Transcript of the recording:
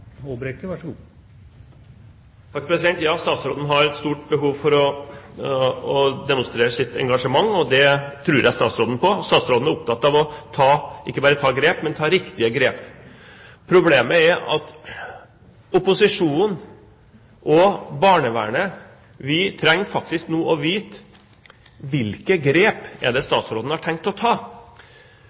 Statsråden har et stort behov for å demonstrere sitt engasjement, og det tror jeg statsråden på. Statsråden er opptatt ikke bare av å ta grep, men av å ta riktige grep. Problemet er at opposisjonen og barnevernet nå faktisk trenger å vite hvilke grep det er statsråden har tenkt å ta.